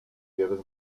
given